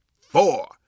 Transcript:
four